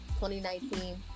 2019